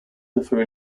differ